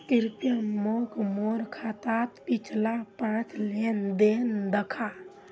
कृप्या मोक मोर खातात पिछला पाँच लेन देन दखा